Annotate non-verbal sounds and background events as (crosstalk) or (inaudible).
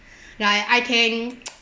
(breath) like I can (noise)